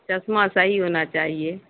چشمہ صحیح ہونا چاہیے